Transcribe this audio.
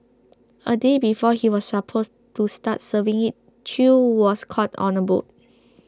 a day before he was supposed to start serving it Chew was caught on a boat